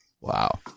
Wow